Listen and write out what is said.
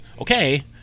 okay